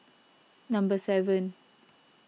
number seven